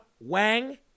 Wang